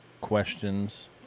questions